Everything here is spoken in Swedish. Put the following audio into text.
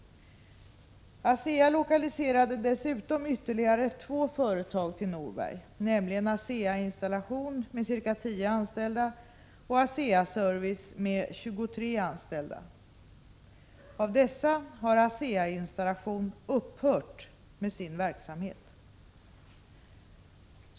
ASEA lokaliserade dessutom ytterligare två företag till Norberg, nämligen ASEA-Installation med ca 10 anställda och ASEA Service med 23 anställda. Av dessa har ASEA-Installation upphört med sin verksamhet.